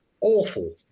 awful